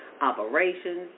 operations